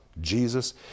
Jesus